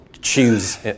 choose